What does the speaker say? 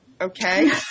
okay